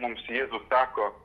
mums jėzus sako